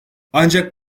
ancak